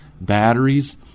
batteries